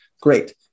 Great